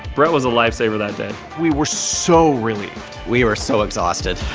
brett was a lifesaver that day. we were so relieved. we were so exhausted.